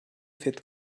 fet